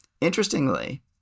Interestingly